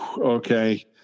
Okay